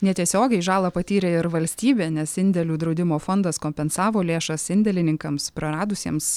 netiesiogiai žalą patyrė ir valstybė nes indėlių draudimo fondas kompensavo lėšas indėlininkams praradusiems